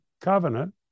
covenant